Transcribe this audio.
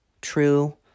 true